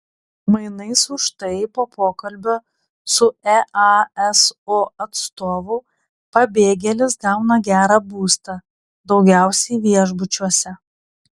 mainais už tai po pokalbio su easo atstovu pabėgėlis gauna gerą būstą daugiausiai viešbučiuose